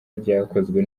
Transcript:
ryakozwe